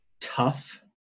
tough